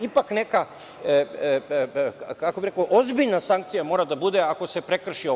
Ipak neka, kako bih rekao, ozbiljna sankcija mora da bude ako se prekrši ovo.